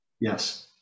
Yes